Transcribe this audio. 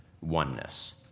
oneness